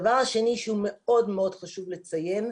הדבר השני שהוא מאוד חשוב לציין,